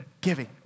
giving